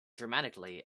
dramatically